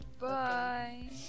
Bye